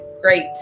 great